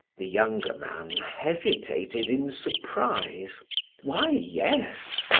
the younger man hesitated in surprise why, yes!